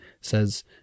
says